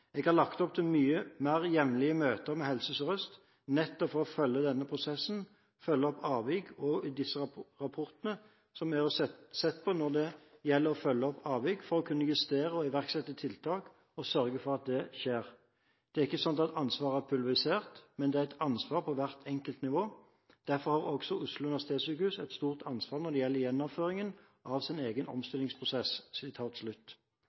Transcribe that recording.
jeg reiste i Stortinget den 12. oktober 2010: «Jeg har lagt opp til mye mer jevnlige møter med Helse Sør-Øst, nettopp for å følge denne prosessen, følge opp avvik, og også disse rapportene som er sett på når det gjelder å følge opp avvik, for å kunne justere og iverksette tiltak og sørge for at det skjer. Det er ikke slik at ansvaret er pulverisert, men det er et ansvar på hvert enkelt nivå. Derfor har også Oslo universitetssykehus et stort ansvar når det gjelder gjennomføringen av sin egen